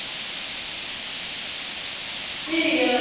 ठीक ऐ महाराज